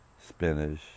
spinach